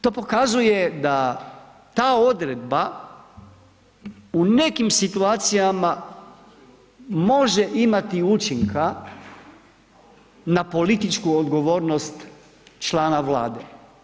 To pokazuje da ta odredba u nekim situacijama može imati učinka na političku odgovornost člana Vlade.